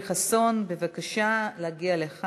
958, 970 ו-974.